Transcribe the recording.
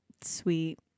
Sweet